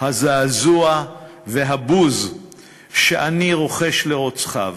הזעזוע והבוז שאני רוחש לרוצחיו.